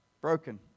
broken